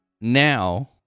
Now